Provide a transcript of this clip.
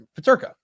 Paterka